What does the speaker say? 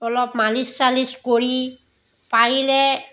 অলপ মালিচ চালিছ কৰি পাৰিলে